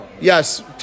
Yes